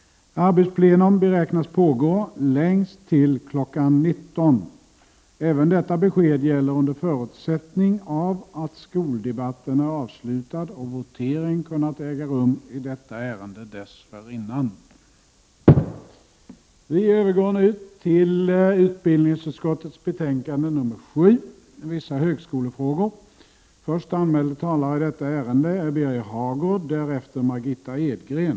Arbetsplenum beräknas pågå längst till kl. 19. Även detta besked gäller under förutsättning av att skoldebatten är avslutad och votering har kunnat äga rum i detta ärende dessförinnan.